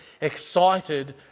excited